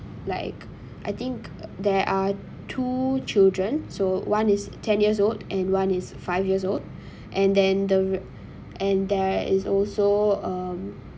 like I think there are two children so one is ten years old and one is five years old and then the and there is also um